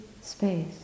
space